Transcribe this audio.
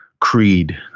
Creed